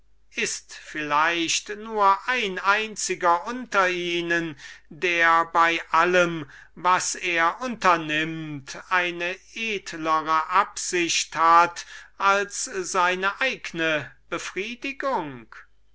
ist vielleicht nur ein einziger unter ihnen der bei allem was er unternimmt eine edlere absicht hat als seine eigne befriedigung